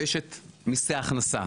ואת מיסי ההכנסה,